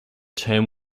term